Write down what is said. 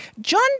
John